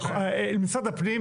משרד הפנים,